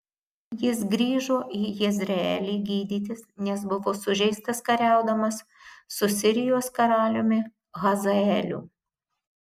jis grįžo į jezreelį gydytis nes buvo sužeistas kariaudamas su sirijos karaliumi hazaeliu